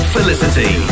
Felicity